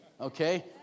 okay